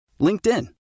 LinkedIn